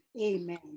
amen